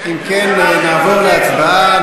אם כן, נעבור להצבעה.